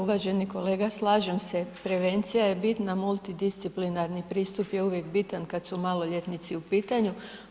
Uvaženi kolega slažem se, prevencija je bitna, multidisciplinarni pristup je uvijek bitan kad su maloljetnici u pitanju.